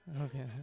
Okay